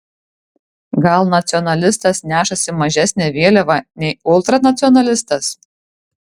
gal nacionalistas nešasi mažesnę vėliavą nei ultranacionalistas